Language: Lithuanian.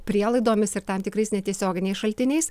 prielaidomis ir tam tikrais netiesioginiais šaltiniais